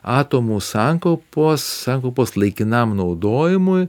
atomų sankaupos sankaupos laikinam naudojimui